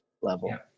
level